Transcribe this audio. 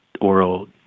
oral